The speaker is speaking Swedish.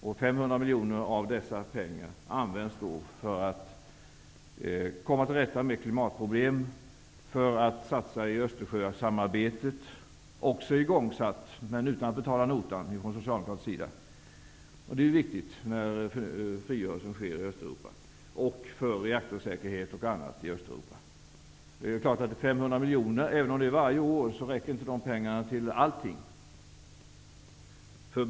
Av dessa pengar används 500 miljoner för att komma till rätta med klimatproblem och för att göra satsningar i Östersjösamarbetet. Socialdemokraterna satte i gång det, men utan att betala notan. Det samarbetet är viktigt när frigörelsen nu sker i Östeuropa och för reaktorsäkerhet och annat där. Det är klart att inte ens 500 miljoner varje år räcker till allt.